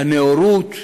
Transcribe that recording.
הנאורות?